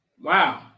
Wow